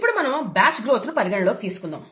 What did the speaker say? ఇప్పుడు మనం batch growth ను పరిగణలోకి తీసుకుందాం